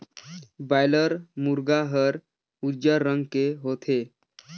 boiler मुरगा हर उजर रंग के होथे